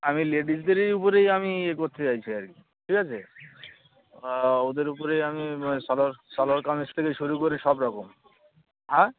আমি লেডিসদেরই উপরেই আমি করতে চাইছি আর কি ঠিক আছে ওদের উপরে আমি সালোয়ার সালোয়ার কামিজ থেকে শুরু করে সব রকম অ্যাঁ